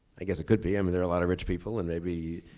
i guess it could be, i mean there are a lot of rich people and maybe,